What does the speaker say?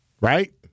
Right